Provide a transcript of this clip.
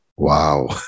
Wow